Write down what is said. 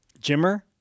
Jimmer